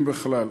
אם בכלל.